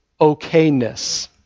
okayness